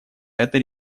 эта